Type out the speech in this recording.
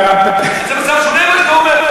זה מצב שונה ממה שאתה אומר.